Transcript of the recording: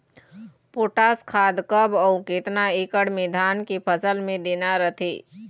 Potash खाद कब अऊ केतना एकड़ मे धान के फसल मे देना रथे?